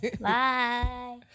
Bye